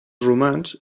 romans